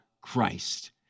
Christ